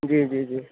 جی جی جی